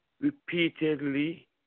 Repeatedly